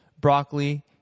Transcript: broccoli